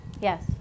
Yes